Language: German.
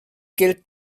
gilt